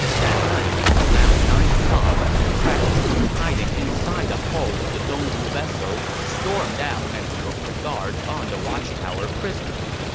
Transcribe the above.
that night, around nine o'clock, the crack troops hiding inside the hull of the dongwu vessel stormed out and took the guards on the watchtower prisoner.